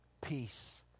peace